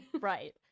Right